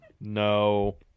No